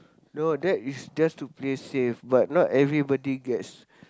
no that is just to play safe but not everybody gets